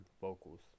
vocals